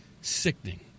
sickening